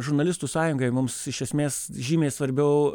žurnalistų sąjungoj mums iš esmės žymiai svarbiau